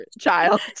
child